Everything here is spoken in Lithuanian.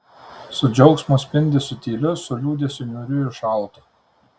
su džiaugsmo spindesiu tyliu su liūdesiu niūriu ir šaltu